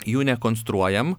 jų nekonstruojam